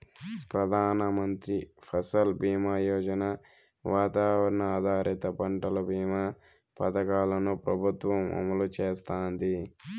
ప్రధాన మంత్రి ఫసల్ బీమా యోజన, వాతావరణ ఆధారిత పంటల భీమా పథకాలను ప్రభుత్వం అమలు చేస్తాంది